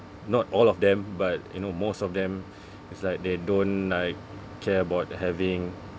not all of them but you know most of them it's like they don't like care about having